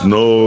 no